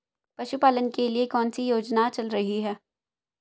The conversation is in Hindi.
पशुपालन के लिए कौन सी योजना चल रही है?